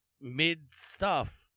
mid-stuff